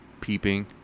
peeping